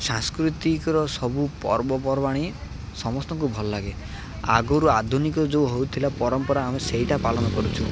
ସାଂସ୍କୃତିକର ସବୁ ପର୍ବପର୍ବାଣି ସମସ୍ତଙ୍କୁ ଭଲ ଲାଗେ ଆଗୁରୁ ଆଧୁନିକ ଯେଉଁ ହଉଥିଲା ପରମ୍ପରା ଆମେ ସେଇଟା ପାଳନ କରୁଛୁ